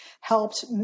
helped